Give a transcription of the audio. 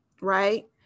right